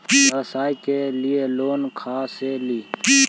व्यवसाय के लिये लोन खा से ले?